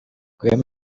rwema